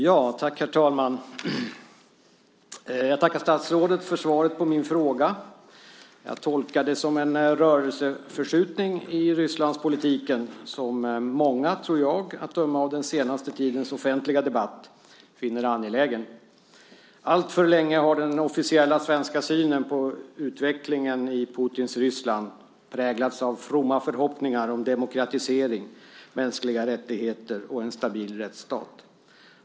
Herr talman! Jag tackar statsrådet för svaret på min fråga. Jag tolkar det som en rörelseförskjutning i Rysslandspolitiken som jag tror att många, att döma av den senaste tidens offentliga debatt, finner angelägen. Alltför länge har den officiella svenska synen på utvecklingen i Putins Ryssland präglats av fromma förhoppningar om demokratisering, mänskliga rättigheter och en stabil rättsstat.